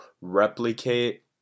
replicate